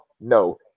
no